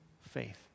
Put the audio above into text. faith